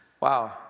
Wow